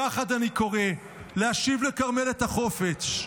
יחד אני קורא להשיב לכרמל את החופש,